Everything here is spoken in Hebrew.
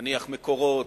נניח "מקורות",